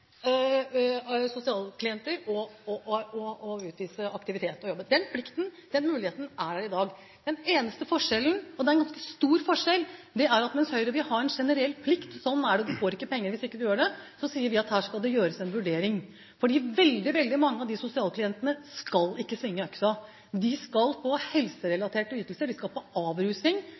sosialklienter å utvise aktivitet, å jobbe. Den plikten, den muligheten, er der i dag. Den eneste forskjellen, og det er en ganske stor forskjell, er at mens Høyre vil ha en generell plikt – sånn er det, og du får ikke penger hvis ikke du gjør det – sier vi at her skal det gjøres en vurdering. For veldig, veldig mange av de sosialklientene skal ikke svinge øksa, de skal få helserelaterte ytelser. De skal på avrusing.